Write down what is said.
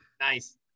Nice